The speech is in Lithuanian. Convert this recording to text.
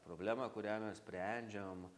problema kurią mes sprendžiam